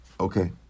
Okay